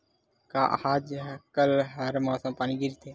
का आज कल हर मौसम पानी गिरथे?